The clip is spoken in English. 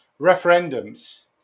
referendums